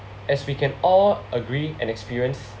as we can all agree and experience